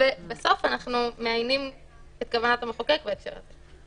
ובסוף אנחנו מאיינים את כוונת המחוקק בהקשר הזה.